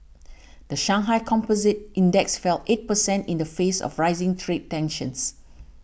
the Shanghai Composite Index fell eight percent in the face of rising trade tensions